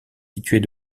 situés